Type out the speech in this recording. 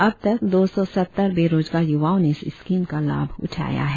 अब तक दौ सौ सत्तर बेरोजगार युवाओं ने इस स्किम का लाभ उठाया है